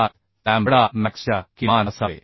7 lambda मॅक्सच्या किमान असावे